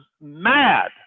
mad